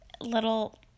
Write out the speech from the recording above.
little